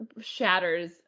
shatters